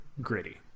Gritty